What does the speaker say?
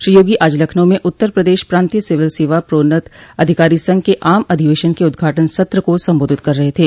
श्री योगी आज लखनऊ में उत्तर प्रदेश प्रान्तीय सिविल सेवा प्रोन्नत अधिकारी संघ के आम अधिवेशन के उदघाटन सत्र को संबोधित कर रहे थे